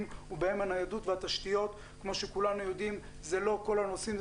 ובהם הניידות והתשתיות כמו שכולנו יודעים זה לא כל הנושאים,